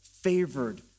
favored